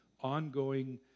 ongoing